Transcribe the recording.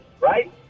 right